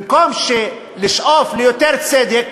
במקום לשאוף ליותר צדק,